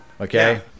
okay